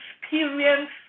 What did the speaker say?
Experience